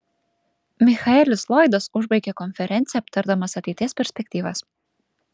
michaelis lloydas užbaigė konferenciją aptardamas ateities perspektyvas